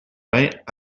vingts